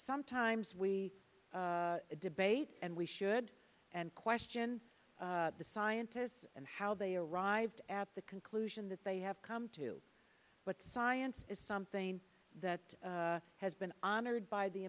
sometimes we debate and we should and question the scientists and how they arrived at the conclusion that they have come to what science is something that has been honored by the